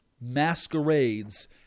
masquerades